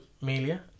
Melia